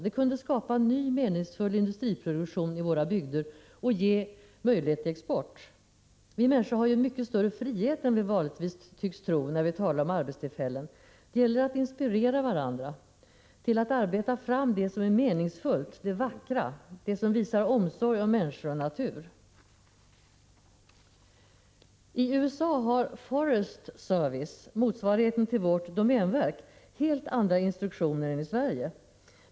Det kunde skapa en ny meningsfull industriproduktion i våra bygder och ge möjligheter till export. Vi människor har ju en mycket större frihet än vi vanligtvis tycks tro när vi talar om arbetstillfällen. Det gäller att inspirera varandra till att arbeta fram det som är meningsfullt, det vackra, det som visar omsorg om människor och natur. I USA har Forest Service, motsvarigheten till vårt domänverk, helt andra instruktioner än domänverket i Sverige.